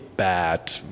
Bad